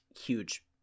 huge